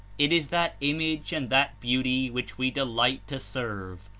it is that image and that beauty which we delight to serve,